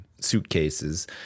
suitcases